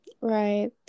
Right